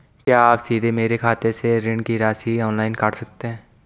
क्या आप सीधे मेरे खाते से ऋण की राशि ऑनलाइन काट सकते हैं?